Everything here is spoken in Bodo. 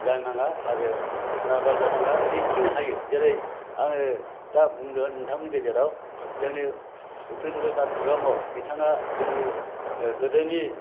जानो नाङा आरो नारभास जानो नाङा आरो जिखिनि हायो जेरै आङो दा बुंगोन नोंथांमोननि गेजेराव जोंनि उपेन्द्र नाथ ब्रह्म बिथाङा जोंनि गोदोनि